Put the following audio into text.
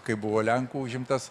kai buvo lenkų užimtas